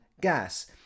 gas